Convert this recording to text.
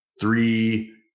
three